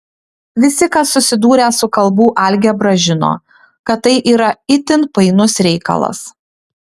visi kas susidūrę su kalbų algebra žino kad tai yra itin painus reikalas